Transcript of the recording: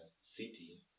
city